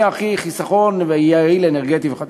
מה הכי חסכוני ויעיל אנרגטית וכדומה.